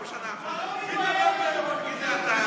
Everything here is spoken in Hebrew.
מי שחיבק את בולסונרו זה נתניהו.